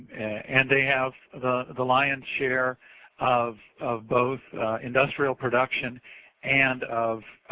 and they have the lionis share of of both industrial production and of